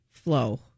flow